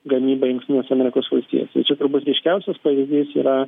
gamybą į jungtines amerikos valstijas jau čia turbūt ryškiausias pavyzdys yra